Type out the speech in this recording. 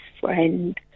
friend